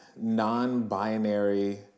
non-binary